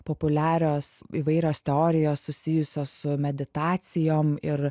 populiarios įvairios teorijos susijusios su meditacijom ir